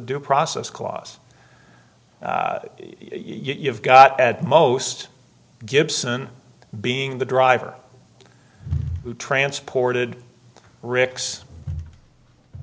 due process clause you've got at most gibson being the driver who transported rick's